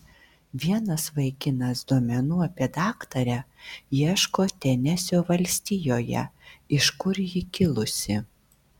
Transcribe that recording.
vienas vaikinas duomenų apie daktarę ieško tenesio valstijoje iš kur ji kilusi